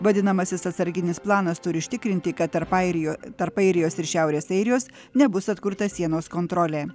vadinamasis atsarginis planas turi užtikrinti kad tarp airijo tarp airijos ir šiaurės airijos nebus atkurta sienos kontrolė